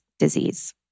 disease